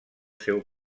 seu